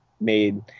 made –